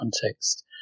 context